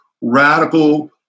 radical